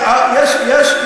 נהרגים אנשים.